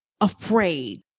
afraid